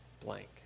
blank